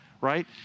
right